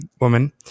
woman